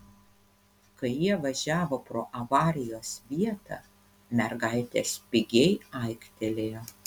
kai jie važiavo pro avarijos vietą mergaitė spigiai aiktelėjo